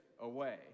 away